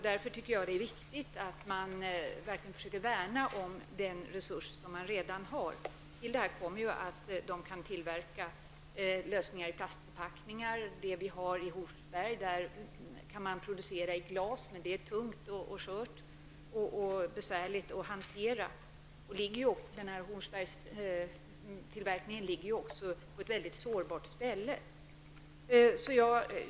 Därför tycker jag att det är viktigt att man verkligen försöker värna om den resurs som man redan har. Till detta kommer ju att man kan tillverka lösningar i plastförpackningar. I Hornsberg kan man tillverka lösningar i glas, men det är tungt, skört och besvärligt att hantera. Hornsbergstillverkningen är ju också förlagd till ett mycket sårbart ställe.